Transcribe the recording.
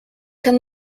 kann